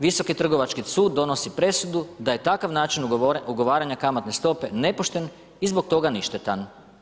Visoki trgovački sud donosi presudu da je takav način ugovaranja kamatne stope nepošten i zbog toga ništetan.